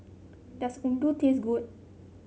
does Udon taste good